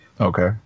Okay